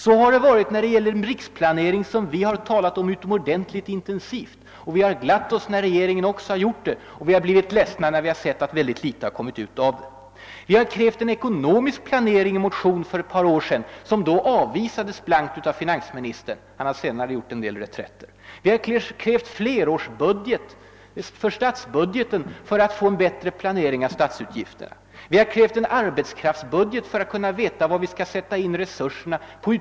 Så har det varit när det gällt den riksplanering som vi talat om utomordentligt intensivt. Vi har glatt oss när regeringen också gjort detta, och vi har blivit ledsna när vi sett att mycket litet har kommit ut av det. Vi har krävt en ekonomisk planering i en motion för några år sedan, som då blankt avvisades av finansministern; han har senare gjort en del reträtter. Vi har krävt flerårsplanering. för statsbudgeten för att få en bättre planering av statsutgifterna. Vi har krävt en arbetskraftsbudget för att kunna veta var vi skall sätta in resurserna på bla.